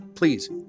Please